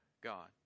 God